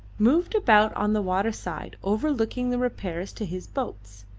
moved about on the water side, overlooking the repairs to his boats.